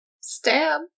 Stab